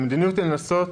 המדיניות היא לנסות,